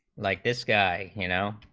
like this guy you know